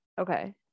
okay